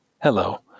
Hello